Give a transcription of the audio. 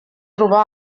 trobar